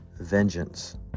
vengeance